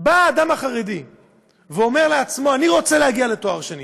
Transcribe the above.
בא אדם חרדי ואומר לעצמו: אני רוצה להגיע לתואר שני.